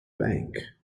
bank